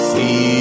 See